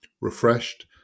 refreshed